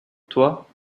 toi